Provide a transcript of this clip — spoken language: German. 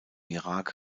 irak